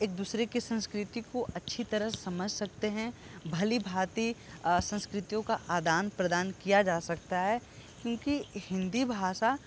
एक दूसरे की संस्कृति को अच्छी तरह समझ सकते हैं भली भांति संस्कृतियों का आदान प्रदान किया जा सकता है क्योंकि हिन्दी भाषा